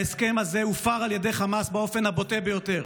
ההסכם הזה הופר על ידי חמאס באופן הבוטה ביותר,